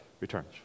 returns